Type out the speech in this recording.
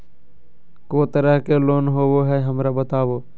को तरह के लोन होवे हय, हमरा बताबो?